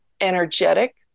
energetic